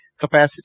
capacity